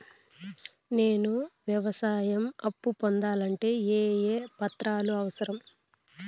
నేను వ్యవసాయం అప్పు పొందాలంటే ఏ ఏ పత్రాలు అవసరం?